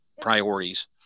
priorities